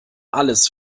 alles